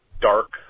dark